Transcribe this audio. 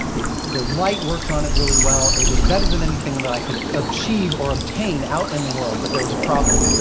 the light worked on it really well, it was better than anything that i could achieve or obtain out in the world. but there was a problem.